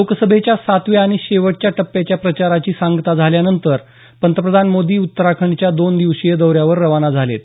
लोकसभेच्या सातव्या आणि शेवटच्या टप्प्याच्या प्रचाराची सांगता झाल्यावर पंतप्रधान मोदी उत्तराखंडच्या दोन दिवसीय दौऱ्यावर रवाना झालेत